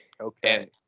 Okay